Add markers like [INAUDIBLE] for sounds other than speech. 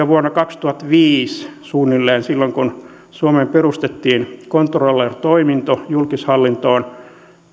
[UNINTELLIGIBLE] vuonna kaksituhattaviisi silloin kun suomeen perustettiin controller toiminto julkishallintoon